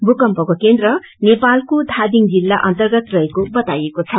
भूकम्पको केन्द्र नेपालको धादिङ जिल्ल अर्न्तगत रहेको बाताईएको छ